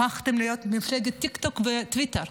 הפכתם להיות מפלגת טיקטוק וטוויטר.